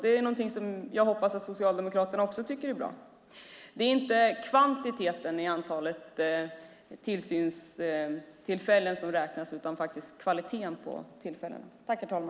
Det är något jag hoppas att också Socialdemokraterna tycker är bra. Det är inte kvantiteten - antalet tillsynstillfällen - som räknas utan kvaliteten på dem.